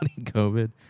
COVID